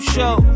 Show